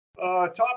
Top